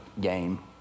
game